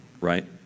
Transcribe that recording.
right